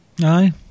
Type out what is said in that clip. Aye